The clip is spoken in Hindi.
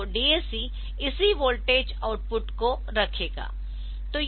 तो DAC इसी वोल्टेज आउटपुट को रखेगा